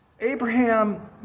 Abraham